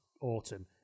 autumn